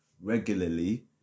regularly